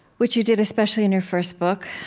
which you did especially in your first book,